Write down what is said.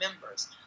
members